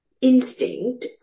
instinct